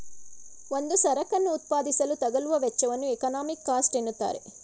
ಒಂದು ಸರಕನ್ನು ಉತ್ಪಾದಿಸಲು ತಗಲುವ ವೆಚ್ಚವನ್ನು ಎಕಾನಮಿಕ್ ಕಾಸ್ಟ್ ಎನ್ನುತ್ತಾರೆ